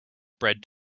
bred